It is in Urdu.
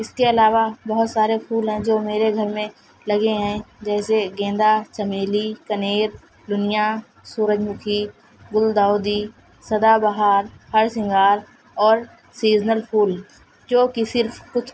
اس کے علاوہ بہت سارے پھول ہیں جو میرے گھر میں لگے ہیں جیسے گیندا چمیلی كنير نونيا سورج مكھى گل داؤدى سدا بہار ہر سنگار اور سیزنل پھول جو کہ صرف کچھ